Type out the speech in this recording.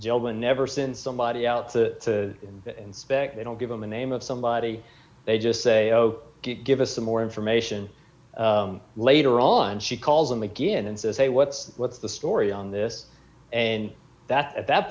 job and never since somebody's out to inspect they don't give them a name of somebody they just say oh give us some more information later on she calls them again and says hey what's what's the story on this and that at that